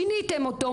שיניתם אותו,